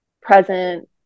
present